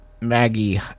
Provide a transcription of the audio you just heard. Maggie